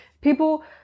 People